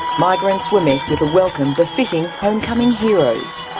migrants were met with a welcome befitting homecoming heroes.